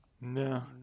No